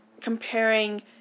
comparing